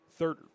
Third